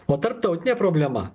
o tarptautinė problema